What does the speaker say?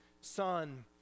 son